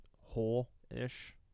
whole-ish